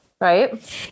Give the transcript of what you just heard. right